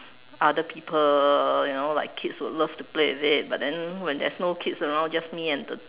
other people you know like kids will love to play with it but then when there's no kids around just me and the